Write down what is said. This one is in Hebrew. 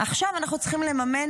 עכשיו אנחנו צריכים לממן